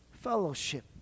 fellowship